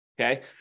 Okay